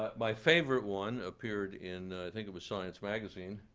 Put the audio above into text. but my favorite one appeared in, i think it was, science magazine,